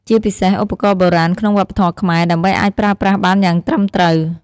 ជាពិសេស ឧបករណ៍បុរាណក្នុងវប្បធម៌ខ្មែរ ដើម្បីអាចប្រើប្រាស់បានយ៉ាងត្រឹមត្រូវ។